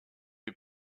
you